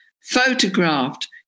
photographed